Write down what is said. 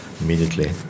immediately